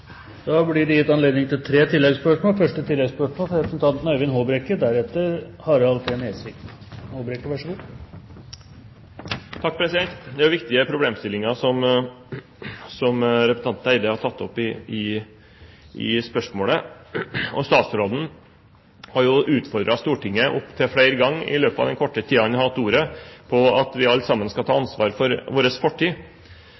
blir gitt anledning til tre oppfølgingsspørsmål – først Øyvind Håbrekke. Det er viktige problemstillinger som representanten Andersen Eide har tatt opp i spørsmålet. Statsråden har utfordret Stortinget opptil flere ganger i løpet av den korte tiden han har hatt ordet, på at vi alle sammen skal ta